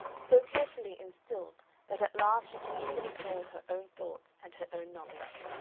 so carefully instilled that at last she can even ignore her own thoughts and her own knowledge.